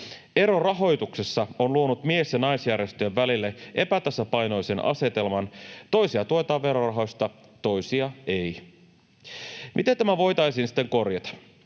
Ero rahoituksessa on luonut mies- ja naisjärjestöjen välille epätasapainoisen asetelman: toisia tuetaan verorahoista, toisia ei. Miten tämä voitaisiin sitten korjata?